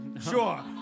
Sure